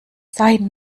sein